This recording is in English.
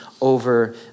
over